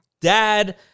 dad